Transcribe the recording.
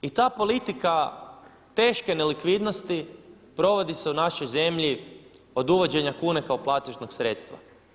I ta politika teške nelikvidnosti providi se u našoj zemlji od uvođenja kune kao platežnog sredstva.